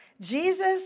Jesus